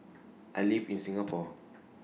I live in Singapore